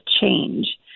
change